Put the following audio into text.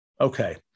Okay